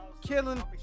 Killing